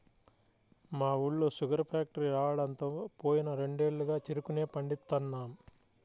మా ఊళ్ళో sugar factory రాడంతో పోయిన రెండేళ్లుగా చెరుకునే పండిత్తన్నాం